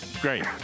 Great